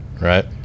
right